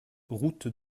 route